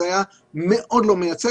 זה היה מאוד לא מייצג.